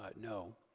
ah no.